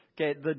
Okay